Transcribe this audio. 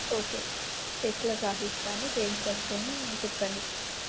okay టెస్టులకు రాసిస్తాను చేయించుకొని వచ్చి చెప్పండి